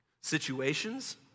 situations